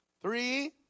Three